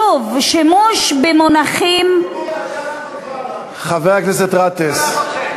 שוב, שימוש במונחים מי אתה, חבר הכנסת גטאס.